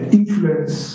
influence